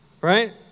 right